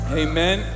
amen